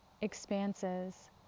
expanses